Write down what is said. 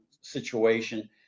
situation